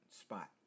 spot